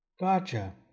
Gotcha